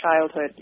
childhood